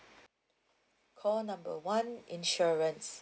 call number one insurance